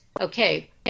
Okay